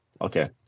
okay